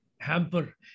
hamper